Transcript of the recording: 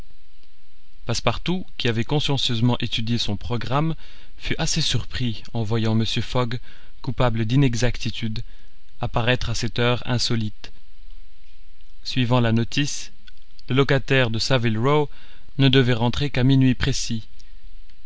passepartout qui avait consciencieusement étudié son programme fut assez surpris en voyant mr fogg coupable d'inexactitude apparaître à cette heure insolite suivant la notice le locataire de saville row ne devait rentrer qu'à minuit précis